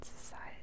society